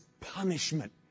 punishment